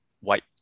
white